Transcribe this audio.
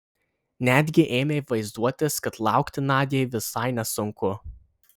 netgi ėmė vaizduotis kad laukti nadiai visai nesunku